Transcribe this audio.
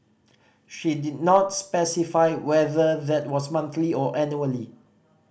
she did not specify whether that was monthly or annually